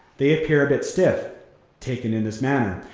they appear a bit stiff taken in this manner.